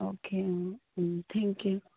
okay thank you